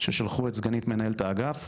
ששלחו את סגנית מנהלת האגף,